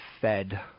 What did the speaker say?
Fed